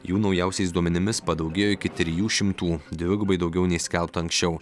jų naujausiais duomenimis padaugėjo iki trijų šimtų dvigubai daugiau nei skelbta anksčiau